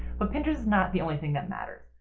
but pinterest is not the only thing that matters.